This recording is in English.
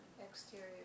Exterior